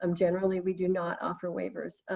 um generally we do not offer waivers.